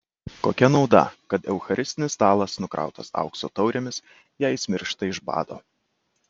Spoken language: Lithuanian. kokia nauda kad eucharistinis stalas nukrautas aukso taurėmis jei jis miršta iš bado